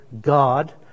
God